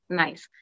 nice